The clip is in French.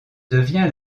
devient